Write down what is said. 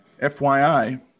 FYI